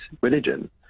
religion